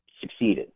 succeeded